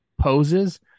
poses